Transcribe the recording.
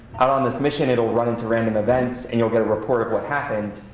out on this mission, it'll run into random events, and you'll get a report of what happened.